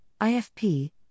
IFP